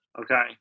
Okay